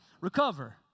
recover